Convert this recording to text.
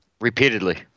repeatedly